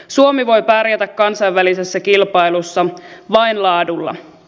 suomi voi pärjätä kansainvälisessä kilpailussa vain laadulla